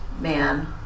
man